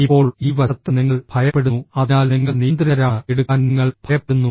ഇപ്പോൾ ഈ വശത്ത്ഃ നിങ്ങൾ ഭയപ്പെടുന്നു അതിനാൽ നിങ്ങൾ നിയന്ത്രിതരാണ് എടുക്കാൻ നിങ്ങൾ ഭയപ്പെടുന്നു